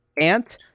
Ant